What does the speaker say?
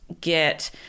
get